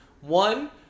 One